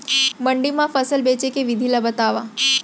मंडी मा फसल बेचे के विधि ला बतावव?